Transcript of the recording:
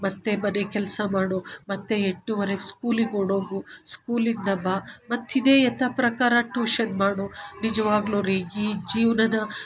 ಮತ್ತು ಮನೆ ಕೆಲಸ ಮಾಡು ಮತ್ತು ಎಂಟೂವರೆಗೆ ಸ್ಕೂಲಿಗೆ ಓಡೋಗು ಸ್ಕೂಲಿಂದ ಬಾ ಮತ್ತು ಇದೆ ಯಥಾ ಪ್ರಕಾರ ಟ್ಯೂಷನ್ ಮಾಡು ನಿಜವಾಗ್ಲೂ ರೀ ಈ ಜೀವನ